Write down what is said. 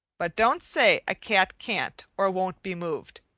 but don't say a cat can't or won't be moved.